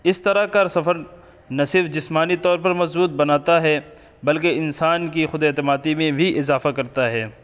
اس طرح کا سفر نہ صرف جسمانی طور پر مضبوط بناتا ہے بلکہ انسان کی خود اعتمادی میں بھی اضافہ کرتا ہے